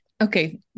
Okay